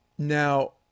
Now